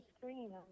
screen